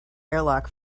airlock